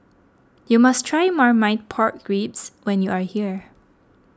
you must try Marmite Pork Ribs when you are here